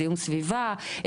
זיהום סביבה,